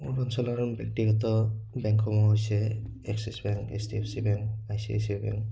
মোৰ অঞ্চলৰ ব্যক্তিগত বেংকসমূহ হৈছে Axis bank H D F C bank I C I C I bank